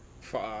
Fuck